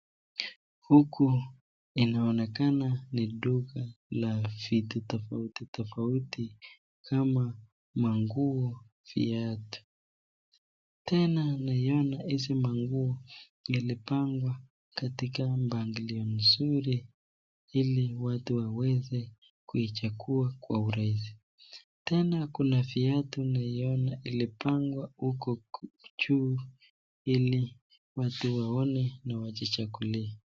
Huku inaonekana ni duka la vitu tofauti tofauti, kama manguo, viatu. Tena naiona hizi manguo ilipangwa katika mpangilio mzuri, ili watu waweze kuichagua kwa urahisi. Tena kuna viatu naiona ilipangwa, huko juu ili watu waone na wajichagulie.